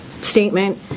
statement